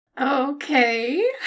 Okay